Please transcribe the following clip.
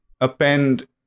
append